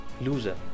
loser